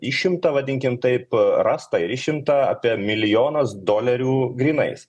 išimta vadinkim taip rasta ir išimta apie milijonas dolerių grynais